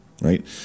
right